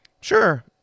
sure